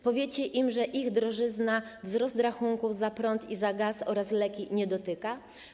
Powiecie im, że ich drożyzna, wzrost rachunków za prąd i za gaz oraz leki nie dotyka?